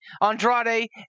Andrade